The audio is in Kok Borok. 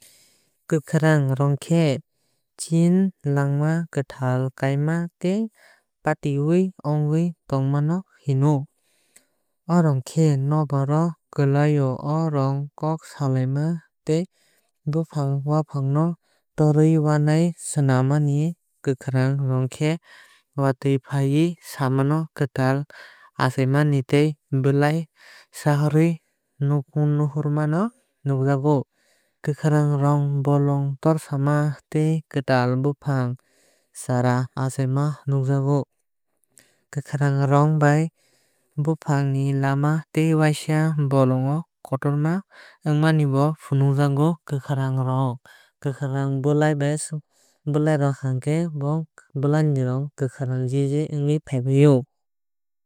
Kwkhrang rong khe chini langma kwtal khaima tei patiyaui ongoi tongmano hino. O rong khe nokbar o bwlai rok no kok salai ma tei bwfang wafang no torwunani swanamami. Kwkharng rong khe watwui faui sam kwtal achaimani tei bwlai saharwui nongkhorma no nukjago. Kwkharng rong bolong torsama tei kwtal bwfang chara achaimani nukjago. Kwkhrang rong bai bwfang ni lama tei waisa bolong no kotor ma wngmani bo funukjago. Kwkhrang rong Kwkhrang bwlai bai bwlai bai rwkha khe bwlai ni rong Kwkhrang jiji onhwui faibai o.